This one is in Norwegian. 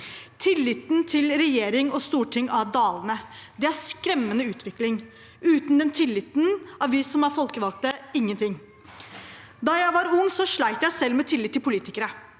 Tilliten til regjering og storting er dalende. Det er en skremmende utvikling. Uten den tilliten er vi folkevalgte ingenting. Da jeg var ung, slet jeg selv med tillit til politikere.